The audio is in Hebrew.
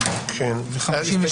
8. 52,